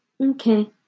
Okay